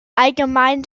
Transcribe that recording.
allgemein